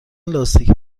لاستیک